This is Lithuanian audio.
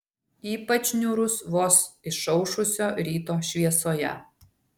ypač niūrus vos išaušusio ryto šviesoje